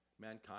mankind